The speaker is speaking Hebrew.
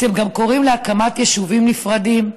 אתם גם קוראים להקמת יישובים נפרדים,